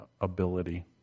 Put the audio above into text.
ability